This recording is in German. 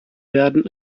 werden